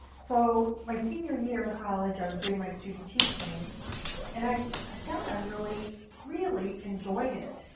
so my senior year in college, i was doing my student teaching and i i found i really, really enjoyed it.